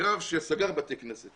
סגרתי בתי כנסת